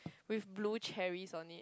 with blue cherries on it